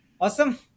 Awesome